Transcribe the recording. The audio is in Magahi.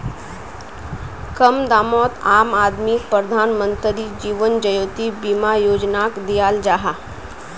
कम दामोत आम आदमीक प्रधानमंत्री जीवन ज्योति बीमा योजनाक दियाल जाहा